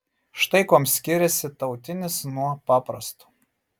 štai kuom skiriasi tautinis nuo paprasto